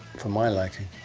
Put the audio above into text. for my liking,